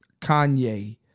Kanye